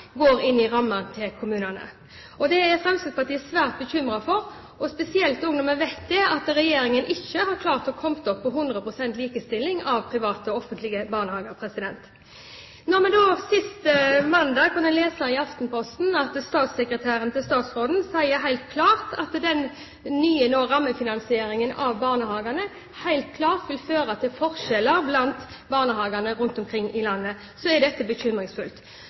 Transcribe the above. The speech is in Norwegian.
går inn i rammen til kommunene. Det er Fremskrittspartiet svært bekymret for, spesielt når vi vet at regjeringen ikke har klart å komme opp på 100 pst. likestilling mellom private og offentlige barnehager. Når vi forrige mandag kunne lese i Aftenposten at statssekretæren til statsråden sier at den nye rammefinansieringen av barnehagene helt klart vil føre til forskjeller mellom barnehagene rundt omkring i landet, er det bekymringsfullt.